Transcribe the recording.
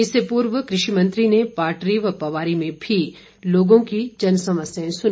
इससे पूर्व कृषि मंत्री ने पाटरी व पवारी में भी लोगों की समस्याएं भी सुनी